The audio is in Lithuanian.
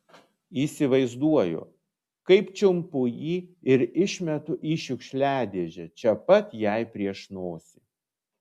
įsivaizduoju kaip čiumpu jį ir išmetu į šiukšliadėžę čia pat jai prieš nosį